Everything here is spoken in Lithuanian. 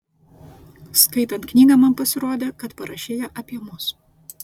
skaitant knygą man pasirodė kad parašei ją apie mus